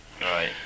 Right